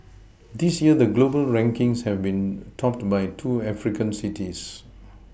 this year the global rankings have been topped by two African cities